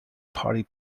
party